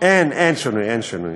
אין שינוי.